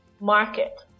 market